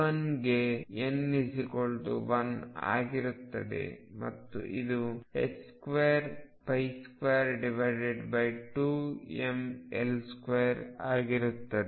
E1 ಗೆn1 ಆಗಿರುತ್ತದೆ ಮತ್ತು ಇದು 222mL2ಆಗಿರುತ್ತದೆ